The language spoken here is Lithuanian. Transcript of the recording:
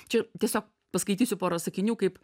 čia tiesiog paskaitysiu porą sakinių kaip